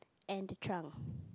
and the trunk